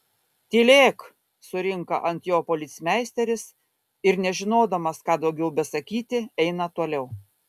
tylėk surinka ant jo policmeisteris ir nežinodamas ką daugiau besakyti eina toliau